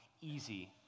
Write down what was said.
easy